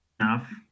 enough